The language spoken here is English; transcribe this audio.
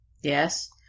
Yes